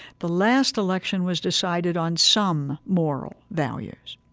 the last election was decided on some moral values.